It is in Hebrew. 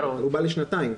הוא בא לשנתיים,